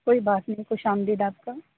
کوئی بات نہیں خوش آمدید آپ کا